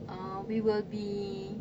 uh we will be